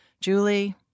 Julie